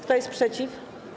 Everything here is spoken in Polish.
Kto jest przeciw?